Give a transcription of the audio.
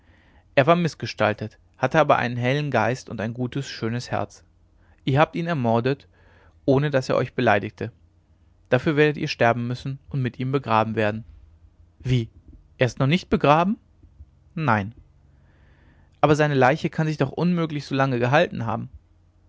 er war mißgestaltet hatte aber einen hellen geist und ein gutes schönes herz ihr habt ihn ermordet ohne daß er euch beleidigte dafür werdet ihr sterben müssen und mit ihm begraben werden wie er ist noch nicht begraben nein aber seine leiche kann sich doch unmöglich so lange gehalten haben